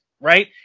right